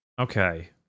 Okay